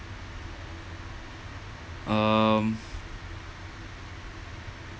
um